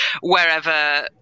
wherever